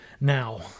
Now